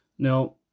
Now